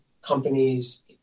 companies